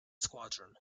squadron